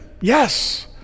yes